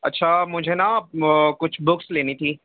اچھا مجھے نا آپ کچھ بکس لینی تھی